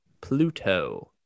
Pluto